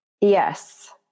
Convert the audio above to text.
Yes